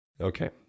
Okay